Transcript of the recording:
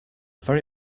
very